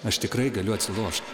aš tikrai galiu atsilošt